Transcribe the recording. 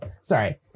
Sorry